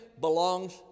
belongs